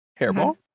Hairball